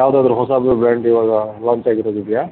ಯಾವುದಾದ್ರು ಹೊಸ ನ್ಯೂ ಬ್ರಾಂಡ್ಗಳು ಲಾಂಚ್ ಆಗಿರದು ಇದೆಯಾ